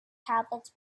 tablets